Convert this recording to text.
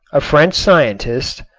a french scientist,